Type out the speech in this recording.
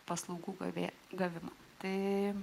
paslaugų gavėją gavimą tai